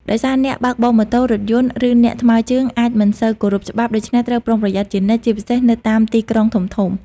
ដោយសារអ្នកបើកបរម៉ូតូ រថយន្តឬអ្នកថ្មើរជើងអាចមិនសូវគោរពច្បាប់ ដូច្នេះត្រូវប្រុងប្រយ័ត្នជានិច្ច ជាពិសេសនៅតាមទីក្រុងធំៗ។